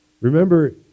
Remember